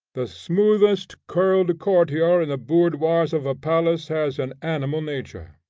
the smoothest curled courtier in the boudoirs of a palace has an animal nature,